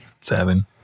seven